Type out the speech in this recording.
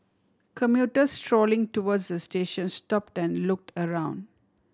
commuters strolling towards the station stopped and looked around